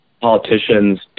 politicians